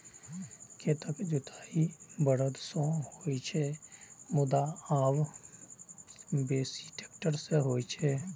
खेतक जोताइ बरद सं सेहो होइ छै, मुदा आब बेसी ट्रैक्टर सं होइ छै